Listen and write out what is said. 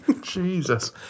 Jesus